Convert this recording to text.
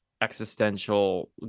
existential